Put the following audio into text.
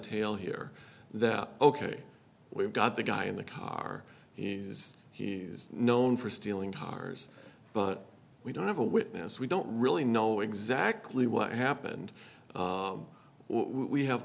tail here that ok we've got the guy in the car he's he's known for stealing cars but we don't have a witness we don't really know exactly what happened we have